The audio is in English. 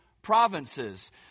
provinces